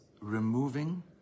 removing